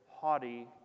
haughty